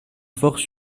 force